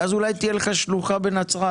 ואז אולי תהיה לך שלוחה בנצרת.